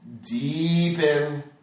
Deepen